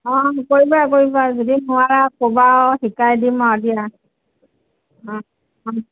অ কৰিবা কৰিবা যদি নোৱাৰা ক'বা আৰু শিকাই দিম আৰু দিয়া অ অ